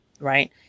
right